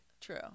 True